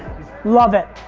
love it.